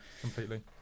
completely